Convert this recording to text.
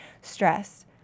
stress